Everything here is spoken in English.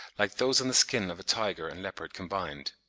like those on the skin of a tiger and leopard combined.